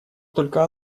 только